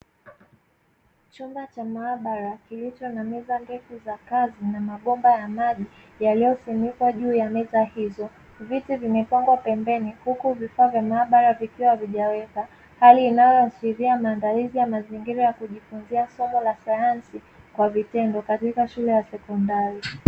Chumba cha maabara kilicho na meza ndefu za kazi na mabomba ya maji yaliyofunikwa juu ya meza hizo, viti vimepangwa pembeni huku vifaa vya maabara vikiwa havijawekwa, hali inayoashiria maandalizi ya mazingira ya kujifunzia somo la sayansi kwa vitendo katika shule ya sekondari.